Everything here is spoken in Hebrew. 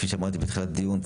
כפי שאמרתי בתחילת הדיון,